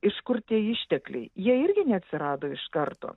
iš kur tie ištekliai jie irgi neatsirado iš karto